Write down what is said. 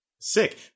Sick